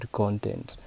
content